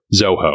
Zoho